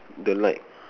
don't like